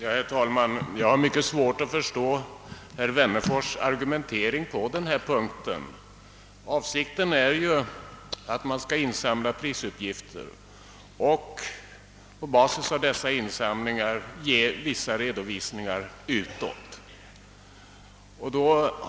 Herr talman! Jag har mycket svårt att förstå herr Wennerfors” argumentering på denna punkt. Avsikten är ju att prisuppgifter skall insamlas och att det på basis av dessa uppgifter skall göras vissa redovisningar utåt.